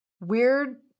weird